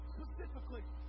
Specifically